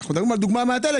אנחנו מדברים על דוגמה מהטלגרם,